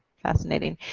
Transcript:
fascinating.